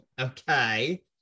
okay